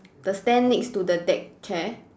the stand next to the deck chair